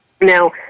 Now